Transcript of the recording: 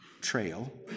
Trail